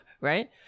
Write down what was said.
right